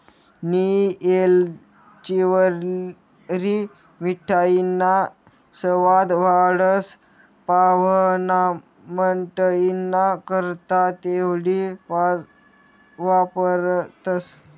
नियी येलचीवरी मिठाईना सवाद वाढस, पाव्हणामंडईना करता तेवढी वापरतंस